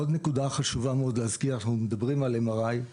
עוד נקודה חשובה מאוד להזכיר: אנחנו מדברים על MRI,